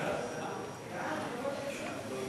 ההצעה להעביר